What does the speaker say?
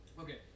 Okay